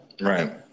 Right